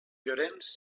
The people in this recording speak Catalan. llorenç